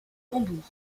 hambourg